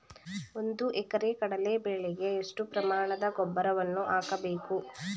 ಒಂದು ಎಕರೆ ಕಡಲೆ ಬೆಳೆಗೆ ಎಷ್ಟು ಪ್ರಮಾಣದ ಗೊಬ್ಬರವನ್ನು ಹಾಕಬೇಕು?